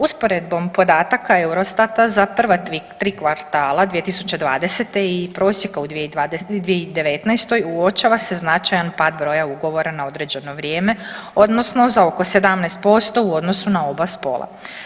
Usporedbom podataka Eurostata za prva tri kvartala 2020. i prosjeka u 2019. uočava se značajan pad broja ugovora na određeno vrijeme odnosno za oko 17% u odnosu na oba spola.